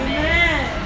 Amen